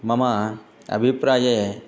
मम अभिप्राये